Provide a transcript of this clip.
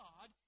God